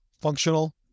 functional